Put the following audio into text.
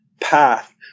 path